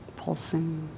pulsing